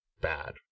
bad